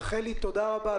רחלי תודה רבה.